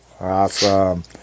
Awesome